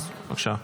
אז בבקשה.